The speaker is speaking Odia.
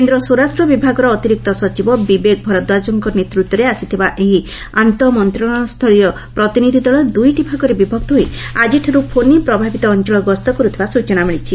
କେନ୍ଦ୍ର ସ୍ୱରାଷ୍ଟ ବିଭାଗର ଅତିରିକ୍ତ ସଚିବ ବିବେକ ଭରଦ୍ୱାଜଙ୍କ ନେତୂତ୍ୱରେ ଆସିଥିବା ଏହି ଆନ୍ତଃମନ୍ତଣାଳୟସ୍ତରୀୟ ପ୍ରତିନିଧି ଦଳ ଦୁଇଟି ଭାଗରେ ବିଭକ୍ତ ହୋଇ ଆଜିଠାରୁ ଫୋନି ପ୍ରଭାବିତ ଅଞ୍ଚଳ ଗସ୍ତ କରୁଥିବା ସୂଚନା ମିଳିଛି